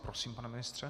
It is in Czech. Prosím, pane ministře.